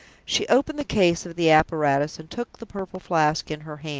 she opened the case of the apparatus and took the purple flask in her hand.